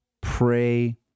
pray